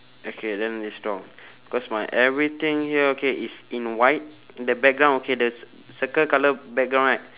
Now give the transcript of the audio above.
okay then it's wrong cause my everything here okay is in white the background okay the circle colour background right